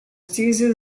thesis